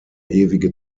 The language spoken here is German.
ewige